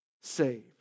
saved